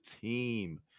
team